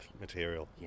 material